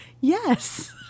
Yes